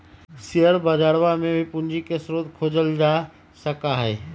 share बजरवा में भी पूंजी के स्रोत के खोजल जा सका हई